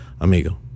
amigo